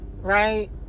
right